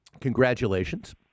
Congratulations